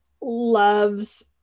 loves